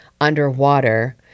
underwater